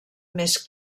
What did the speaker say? més